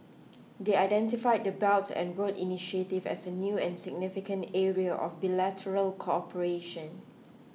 they identified the belt and road initiative as a new and significant area of bilateral cooperation